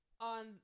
On